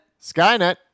skynet